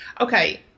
okay